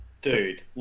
Dude